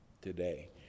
today